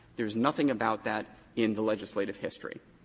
there's nothing about that in the legislative history.